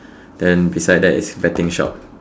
then beside that is betting shop